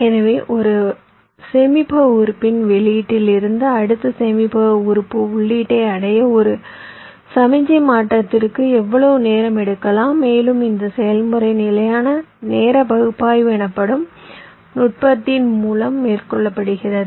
எனவே ஒரு சேமிப்பக உறுப்பின் வெளியீட்டில் இருந்து அடுத்த சேமிப்பக உறுப்பு உள்ளீட்டை அடைய ஒரு சமிக்ஞை மாற்றத்திற்கு எவ்வளவு நேரம் எடுக்கலாம் மேலும் இந்த செயல்முறை நிலையான நேர பகுப்பாய்வு எனப்படும் நுட்பத்தின் மூலம் மேற்கொள்ளப்படுகிறது